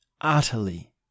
utterly